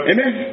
Amen